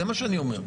זה מה שאני אומר.